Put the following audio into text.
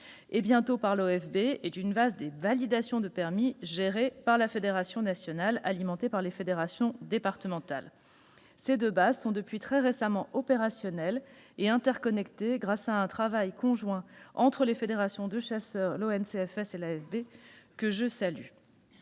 et bientôt par l'OFB, et d'une base des validations de permis gérée par la FNC et alimentée par les fédérations départementales. Ces deux bases sont, depuis très récemment, opérationnelles et interconnectées grâce à un travail conjoint, que je salue, mené par les fédérations de chasseurs, l'ONCFS et l'AFB. Le troisième